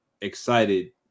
excited